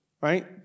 right